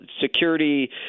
security